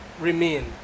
remain